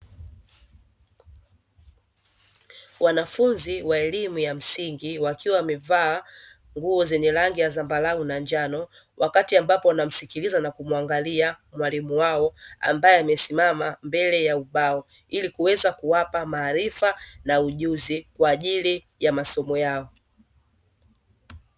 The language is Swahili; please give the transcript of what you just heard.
Wanafunzi wa elimu ya msingi wakiwa wamevaa nguo zenye za rangi ya zambarau na njano, wakati ambapo wanamsikiliza na kumuangalia mwalimu wao ambaye amesisima mbele ya ubao, ilikuweza kuwapa maarifa na ujuzi kwa ajili ya masomo yao.